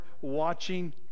watching